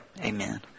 Amen